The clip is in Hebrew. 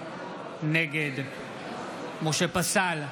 נגד משה פסל,